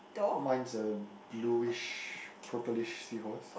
mine is a bluish purplish seahorse